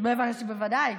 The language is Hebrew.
בוודאי.